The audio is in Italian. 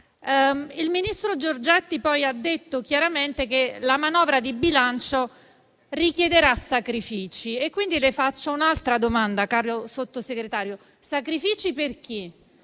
Il ministro Giorgetti ha detto chiaramente che la manovra di bilancio richiederà sacrifici. Le faccio allora un'altra domanda, caro Sottosegretario, sacrifici per chi?